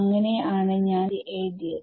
അങ്ങനെ ആണ് ഞാൻ ഇത് എഴുതിയത്